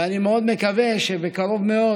ואני מאוד מקווה שבקרוב מאוד,